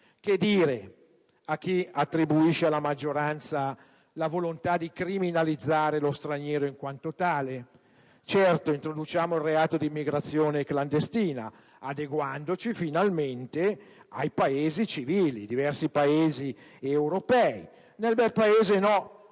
Che dire a chi attribuisce alla maggioranza la volontà di criminalizzare lo straniero in quanto tale? Certo, introduciamo il reato di immigrazione clandestina, adeguandoci finalmente ai Paesi civili, ai diversi Paesi europei. Nel bel Paese no: